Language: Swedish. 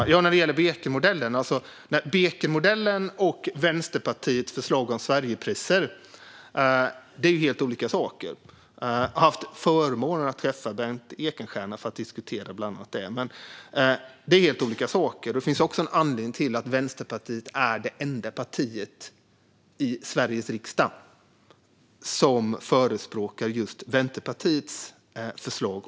Fru talman! Bekenmodellen och Vänsterpartiets förslag om Sverigepriser är helt olika saker. Jag har haft förmånen att träffa Bengt Ekenstierna för att diskutera bland annat detta. Det finns en anledning till att Vänsterpartiet är det enda parti i Sveriges riksdag som förespråkar sitt förslag.